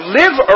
live